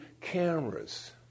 cameras